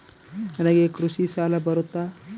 ನನಗೆ ಕೃಷಿ ಸಾಲ ಬರುತ್ತಾ?